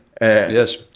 Yes